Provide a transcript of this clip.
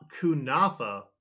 Kunafa